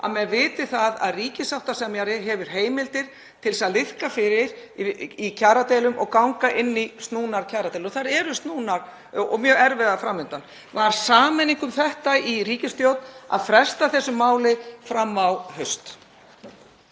að menn viti að ríkissáttasemjari hafi heimildir til þess að liðka fyrir í kjaradeilum og ganga inn í snúnar kjaradeilur, og þær eru snúnar og mjög erfiðar fram undan. Var eining um þetta í ríkisstjórn, að fresta þessu máli fram á haust?